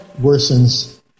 worsens